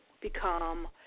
become